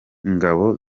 ingabo